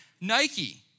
Nike